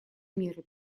меры